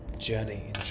journey